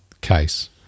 case